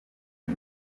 nti